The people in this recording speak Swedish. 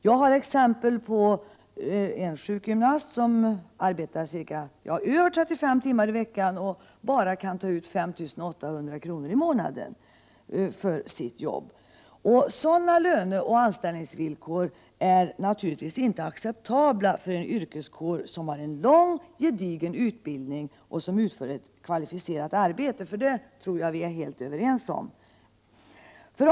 Jag känner till en sjukgymnast som arbetar över 35 timmar i veckan och som kan ta ut bara 5 800 kr. i månaden för sitt jobb. Sådana löneoch anställningsförhållanden är inte acceptabla för en yrkeskår som har en lång och gedigen utbildning och som utför ett kvalificerat arbete — att så är fallet tror jag att vi är helt överens om.